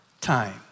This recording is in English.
time